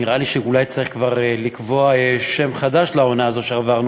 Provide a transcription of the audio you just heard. אולי צריך לקבוע שם חדש לעונה הזאת שעברנו